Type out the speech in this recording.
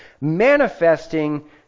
manifesting